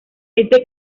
este